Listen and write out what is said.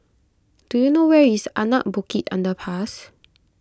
do you know where is Anak Bukit Underpass